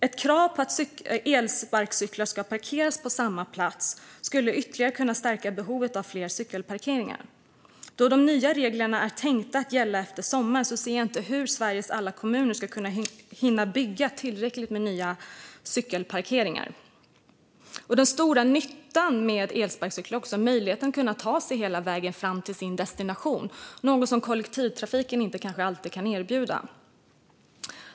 Ett krav på att elsparkcyklar ska parkeras på samma plats skulle ytterligare stärka behovet av fler cykelparkeringar. Då de nya reglerna är tänkta att gälla efter sommaren ser jag inte hur Sveriges alla kommuner ska hinna bygga tillräckligt många nya cykelparkeringar. Den stora nyttan med elsparkcyklar är möjligheten att ta sig hela vägen fram till sin destination, och det är något som kollektivtrafiken inte alltid kan erbjuda.